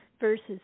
versus